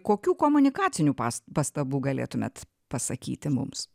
kokių komunikacinių pas pastabų galėtumėt pasakyti mums